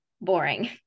boring